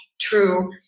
true